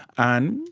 and,